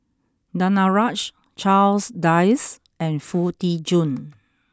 Danaraj Charles Dyce and Foo Tee Jun